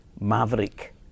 maverick